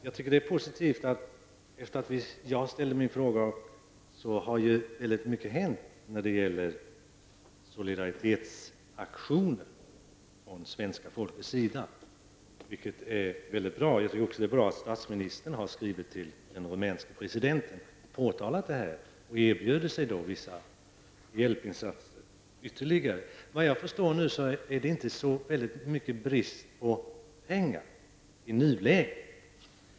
Jag tycker att det är positivt att det sedan jag ställde min fråga har hänt mycket när det gäller solidaritetsaktioner från svenska folkets sida. Jag tycker också att det är bra att statsministern har skrivit till den rumänska presidenten och påtalat detta och erbjudit vissa ytterligare hjälpinsatser. Vad jag förstår råder det inte så stor brist på pengar i nuläget.